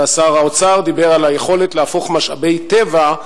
ושר האוצר דיבר על היכולת להפוך משאבי טבע,